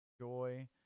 Joy